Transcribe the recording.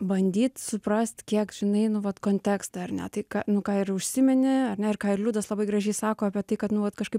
bandyt suprast kiek žinai nu vat kontekstą ar ne tai ką nu ką ir užsiminė ar ne ir ką ir liudas labai gražiai sako apie tai kad nu vat kažkaip